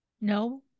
no